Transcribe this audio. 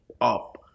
up